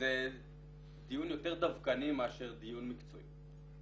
שזה דיון יותר דווקאי מאשר דיון מקצועי.